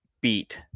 beat